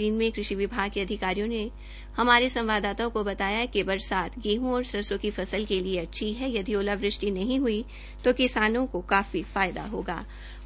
जींद में कृषि विभाग के अधिकारियों ने हमारे संवाददाताओं को बताया कि बरसात से गेहं और सरसों की फसल के लिए अच्छी है यदि ओलावृष्टि नहीं हई जो किसानों को